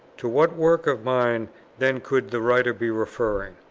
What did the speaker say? to what work of mine then could the writer be referring?